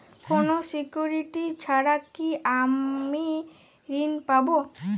কোনো সিকুরিটি ছাড়া কি আমি ঋণ পাবো?